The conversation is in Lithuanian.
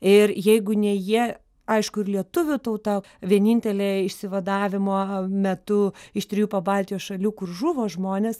ir jeigu ne jie aišku ir lietuvių tauta vienintelė išsivadavimo metu iš trijų pabaltijo šalių kur žuvo žmonės